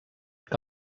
que